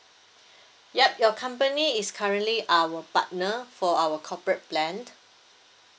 yup your company is currently our partner for our corporate plan